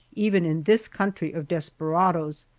even in this country of desperadoes,